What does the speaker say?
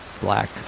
Black